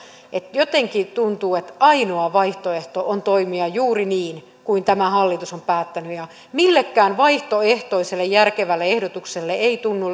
jotenkin tuntuu että ainoa vaihtoehto on toimia juuri niin kuin tämä hallitus on päättänyt ja millekään vaihtoehtoiselle järkevälle ehdotukselle ei tunnu